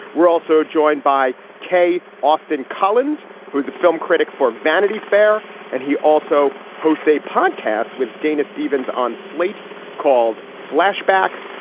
we're also joined by kay austen collins who is a film critic for vanity fair and he also who say podcast with dana stevens on slate called flashback.